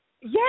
Yes